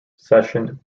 session